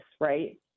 right